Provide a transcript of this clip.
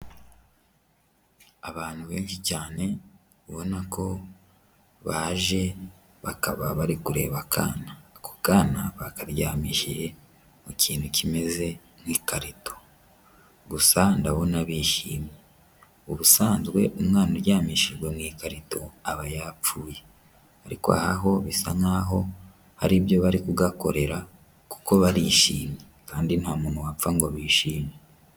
Abantu benshi cyane ubonana ko baje, bakaba bari kureba akana. Ako kana bakaryamishije mu kintu kimeze nk'ikarito gusa ndabona bishimye. Ubusanzwe umwana uryamishijwe mu ikarito, aba yapfuye ariko aha ho bisa nk'aho hari ibyo bari kugakorera kuko barishimye kandi nta muntu wapfa ngo bishime.